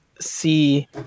see